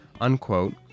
unquote